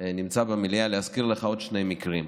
נמצא במליאה ולהזכיר לך עוד שני מקרים: